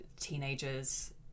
teenagers